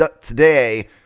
today